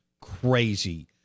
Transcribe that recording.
crazy